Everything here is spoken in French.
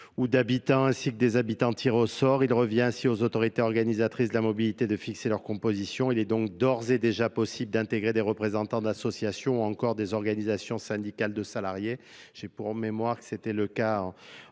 ou d'habitants ainsi que des habitants tir au sort. Il revient ainsi aux autorités organisatrices de la mobilité de fixer leurs Il est donc d'ores et déjà possible d'intégrer des représentants D d'association ou encore des organisations syndicales, de salariés. J'ai pour mémoire que c'était le cas